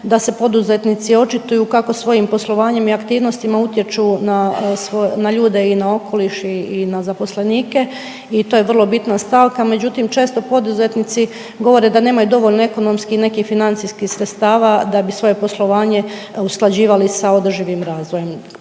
da se poduzetnici očituje kako svojim poslovanjem i aktivnostima utječu na ljude i na okoliš i, i na zaposlenike i to je vrlo bitna stavka, međutim često poduzetnici govore da nemaju dovoljno ekonomskih i nekih financijskih sredstava da bi svoje poslovanje usklađivali sa održivim razvojem,